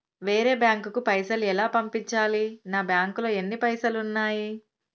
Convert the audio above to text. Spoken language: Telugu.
వేరే బ్యాంకుకు పైసలు ఎలా పంపించాలి? నా బ్యాంకులో ఎన్ని పైసలు ఉన్నాయి?